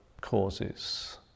causes